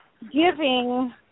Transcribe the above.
giving